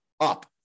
up